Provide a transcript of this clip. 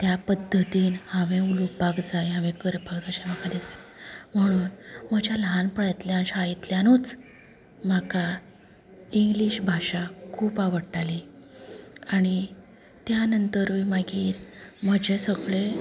त्या पद्दतीन हांवेन उलोवपाक जाय हांवेन करपाक जाय म्हणून म्हज्या ल्हानपणांतल्यान शाळेंतल्यानूच म्हाका इंग्लीश भाशा खूब आवडटाली आनी त्या नंतरूय मागीर म्हजें सगळें